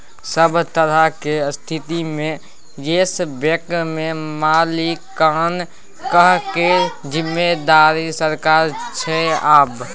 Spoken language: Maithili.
सभ तरहक स्थितिमे येस बैंकक मालिकाना हक केर जिम्मेदारी सरकारक छै आब